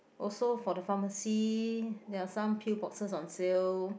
also for the pharmacy there are some pill boxes on sale